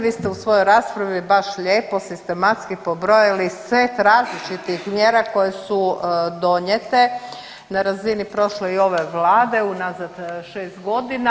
Vi ste u svojoj raspravi baš lijepo sistematski pobrojali set različitih mjera koje su donijete na razini prošle i ove Vlade, unazad 6 godina.